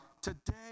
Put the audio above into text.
Today